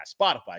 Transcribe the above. Spotify